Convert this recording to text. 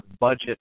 budget